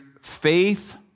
Faith